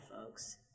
folks